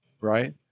right